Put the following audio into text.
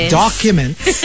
documents